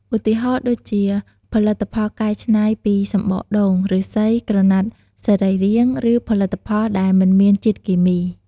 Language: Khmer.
ឧទាហរណ៍ ដូចជាផលិតផលកែច្នៃពីសំបកដូង ឫស្សី ក្រណាត់សរីរាង្គ ឬផលិតផលដែលមិនមានជាតិគីមី។